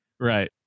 Right